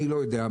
אני לא יודע,